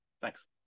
Thanks